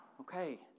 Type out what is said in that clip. Okay